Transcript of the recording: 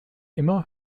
immer